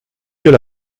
quel